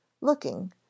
looking